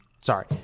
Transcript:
Sorry